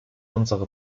unsere